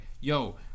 Yo